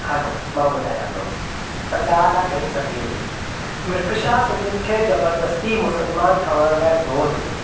हलो मा ॿुधयां थो त ॻाल्हि आहे ॾह सदीअ जी मिर्ग शाह सिंधियुनि खे जबरदस्ती मुसलमान ठहिण लाइ ज़ोर विधो